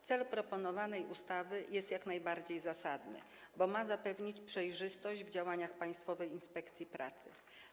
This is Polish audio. Cel proponowanej ustawy jest jak najbardziej zasadny, bo ma zapewnić przejrzystość w działaniach Państwowej Inspekcji Pracy.